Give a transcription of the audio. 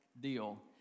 deal